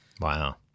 Wow